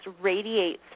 radiates